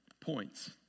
points